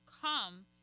come